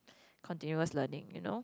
continuous learning you know